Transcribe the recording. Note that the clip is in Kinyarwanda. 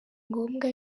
ngombwa